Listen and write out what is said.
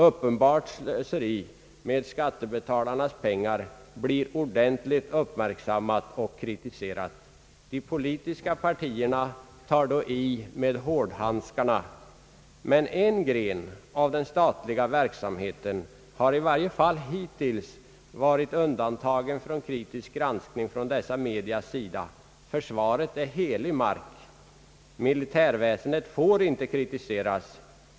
Uppenbart slöseri med skattebetalarnas pengar blir ordentligt uppmärksammat och kritiserat. De politiska partierna tar då i med hårdhandskarna. Men en gren av den statliga verksamheten har i varje fall hittills varit undantagen från kritisk granskning från dessa mediers sida. Försvaret är helig mark. Militärväsendet får inte kritiseras.